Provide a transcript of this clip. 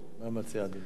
מה מציע אדוני?